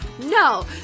No